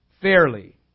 fairly